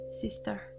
sister